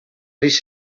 risc